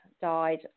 died